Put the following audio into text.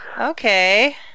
okay